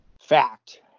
fact